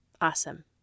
awesome